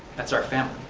that is our family.